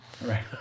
Right